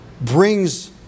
brings